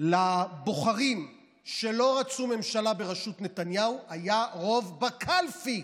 לבוחרים שלא רצו ממשלה בראשות נתניהו היה רוב בקלפי,